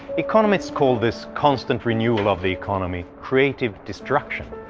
economists call this constant renewal of the economy, creative destruction.